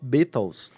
Beatles